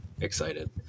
excited